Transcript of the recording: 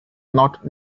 not